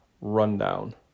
Rundown